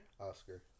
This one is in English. Oscar